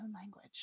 language